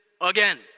again